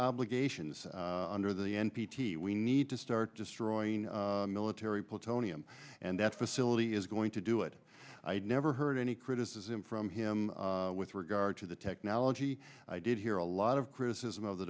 obligations under the n p t we need to start destroying military plutonium and that facility is going to do it i never heard any criticism from him with regard to the technology i did hear a lot of criticism of the